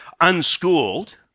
unschooled